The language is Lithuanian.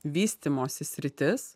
vystymosi sritis